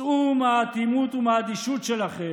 צאו מהאטימות ומהאדישות שלכם.